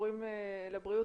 שקשורים לבריאות,